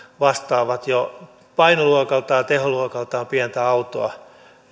vastaavat jo painoluokaltaan ja teholuokaltaan pientä autoa